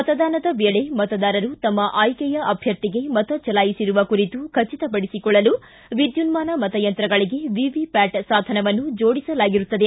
ಮತದಾನದ ವೇಳೆ ಮತದಾರರು ತಮ್ಮ ಆಯ್ಕೆಯ ಅಭ್ಯರ್ಥಿಗೆ ಮತ ಚಲಾಯಿಸಿರುವ ಕುರಿತು ಖಚಿತ ಪಡಿಸಿಕೊಳ್ಳಲು ವಿದ್ಯುನ್ಮಾನ ಮತಯಂತ್ರಗಳಿಗೆ ವಿವಿಪ್ವಾಟ್ ಸಾಧನವನ್ನು ಜೋಡಿಸಲಾಗಿರುತ್ತದೆ